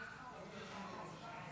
לפני כמה שבועות הייתה